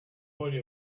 worry